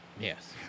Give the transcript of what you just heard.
Yes